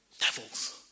Devils